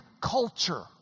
culture